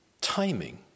timing